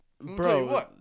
Bro